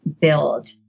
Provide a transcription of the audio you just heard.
build